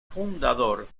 fundador